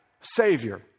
Savior